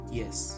yes